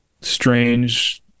strange